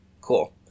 Cool